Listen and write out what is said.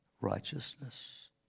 righteousness